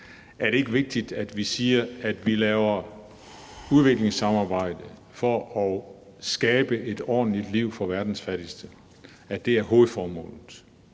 Er det ikke vigtigt, at vi siger, at vi laver udviklingssamarbejde for at skabe et ordentligt liv for verdens fattigste – at det er hovedformålet?